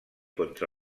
contra